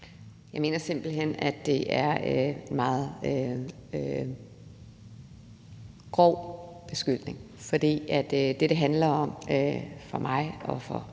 Jeg mener simpelt hen, at det er en meget grov beskyldning, for det, det handler om for mig og for